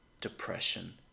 depression